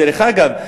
דרך אגב,